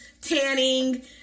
tanning